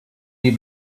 die